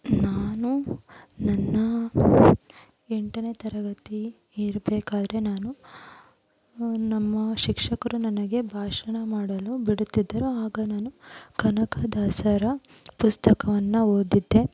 ನಾನು ನನ್ನ ಎಂಟನೇ ತರಗತಿ ಇರಬೇಕಾದ್ರೆ ನಾನು ನಮ್ಮ ಶಿಕ್ಷಕರು ನನಗೆ ಭಾಷಣ ಮಾಡಲು ಬಿಡುತ್ತಿದ್ದರು ಆಗ ನಾನು ಕನಕದಾಸರ ಪುಸ್ತಕವನ್ನು ಓದಿದ್ದೆ